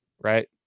right